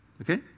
Okay